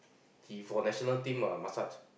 he for national team ah massage